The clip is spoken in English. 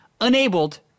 enabled